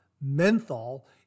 menthol